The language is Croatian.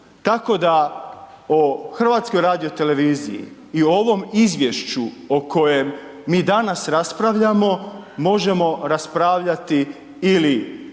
Tako da o HRT-u i ovom izvješću o kojem mi danas raspravljamo, možemo raspravljati ili